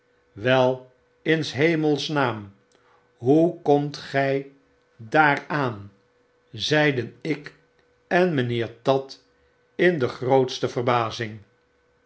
wel in shemels naam hoe komt gy daar aan zeidenik en mijnheer tatt in de grootste verbazing